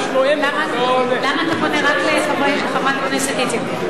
למה אתה פונה רק לחברת הכנסת איציק?